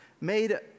made